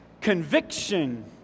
conviction